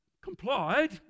complied